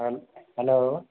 hello